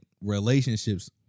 relationships